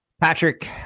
Patrick